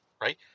right